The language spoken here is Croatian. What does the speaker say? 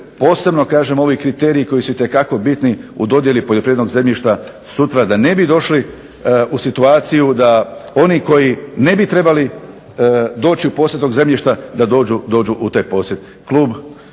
posebno ovi kriteriji koji su itekako bitni u dodjeli poljoprivrednog zemljišta sutra da ne bi došli u situaciju da oni koji ne bi trebali doći u posjed tog zemljišta da dođu u taj posjed.